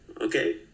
Okay